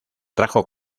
trajo